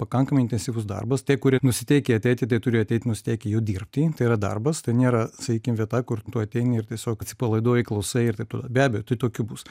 pakankamai intensyvus darbas tie kurie nusiteikę ateiti tai turi ateiti nusiteikę jau dirbti tai yra darbas tai nėra sakykim vieta kur tu ateini ir tiesiog atsipalaiduoji klausai ir taip toliau be abejo tai tokių bus